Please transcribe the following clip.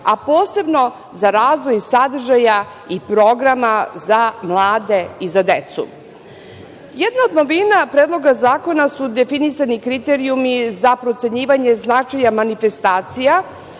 a posebno za razvoj sadržaja i programa za mlade i za decu. Jedna od novina predloga zakona su definisani kriterijumi za procenjivanje značaja manifestacija